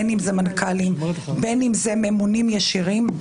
מנכ"לים או ממונים ישירים,